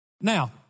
Now